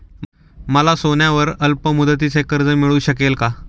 मला सोन्यावर अल्पमुदतीचे कर्ज मिळू शकेल का?